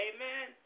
Amen